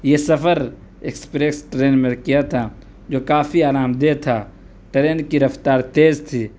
یہ سفر express train میں کیا تھا جو کافی آرام دہ تھا ٹرین کی رفتار تیز تھی